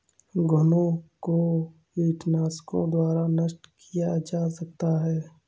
घुनो को कीटनाशकों द्वारा नष्ट किया जा सकता है